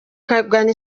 kugana